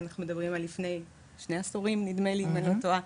אנחנו מדברים על לפני שני עשורים אם אני לא טועה,